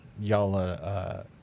y'all